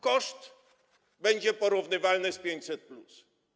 Koszt będzie porównywalny z 500+.